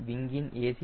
நான் விங்கின் a